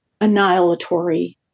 annihilatory